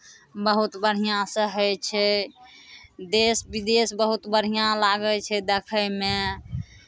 बहुत बढ़िआँसँ होइ छै देश विदेश बहुत बढ़िआँ लागै छै देखयमे